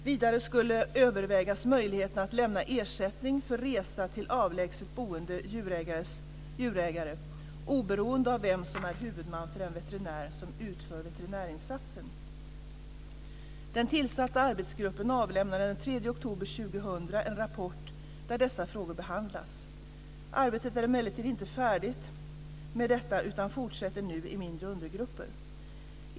Vidare skulle övervägas möjligheterna att lämna ersättning för resa till avlägset boende djurägare oberoende av vem som är huvudman för den veterinär som utför veterinärinsatsen. Den tillsatta arbetsgruppen avlämnade den 3 oktober 2000 en rapport där dessa frågor behandlas. Arbetet är emellertid inte färdigt med detta utan fortsätter nu i mindre undergrupper.